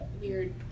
weird